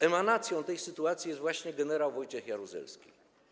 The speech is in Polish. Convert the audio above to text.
Emanacją tej sytuacji jest właśnie gen. Wojciech Jaruzelski.